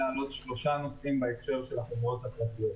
להעלות שלושה נושאים בהקשר של החברות הפרטיות.